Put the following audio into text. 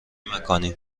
مکانی